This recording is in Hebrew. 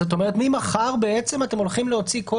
זאת אומרת ממחר אתם הולכים להוציא כל